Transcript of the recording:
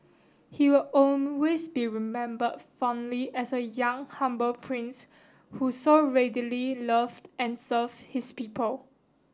he will always be remembered fondly as a young humble prince who so readily loved and served his people